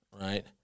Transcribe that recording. Right